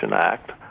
Act